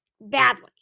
Badly